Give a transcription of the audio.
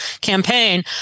campaign